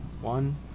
One